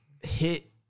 hit